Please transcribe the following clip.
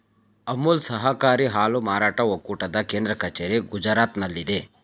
ಅಮುಲ್ ಸಹಕಾರಿ ಹಾಲು ಮಾರಾಟ ಒಕ್ಕೂಟದ ಕೇಂದ್ರ ಕಚೇರಿ ಗುಜರಾತ್ನಲ್ಲಿದೆ